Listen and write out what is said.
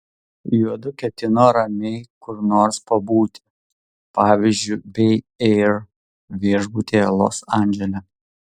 juodu ketino ramiai kur nors pabūti pavyzdžiui bei air viešbutyje los andžele